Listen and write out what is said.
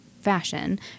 fashion